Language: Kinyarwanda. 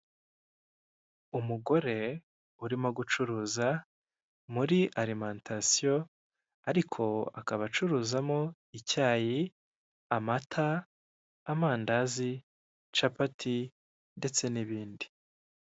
Umugore urimo gucuruza muri Alimentation, ariko akaba acuruzamo icyayi, amata, amandazi, capati ndetse n'ibindi.